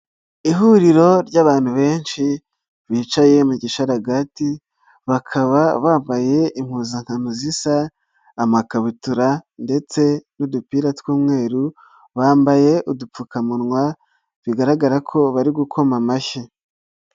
Ihuriro ry'abantu benshi bicaye mu gisharagati bakaba bambaye impuzankano zisa amakabutura ndetse n'udupira tw'umweru, bambaye udupfukamunwa bigaragara ko bari gukoma amashyi.